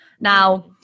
now